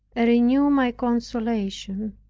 and renew my consolation.